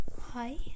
Hi